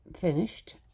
finished